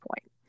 point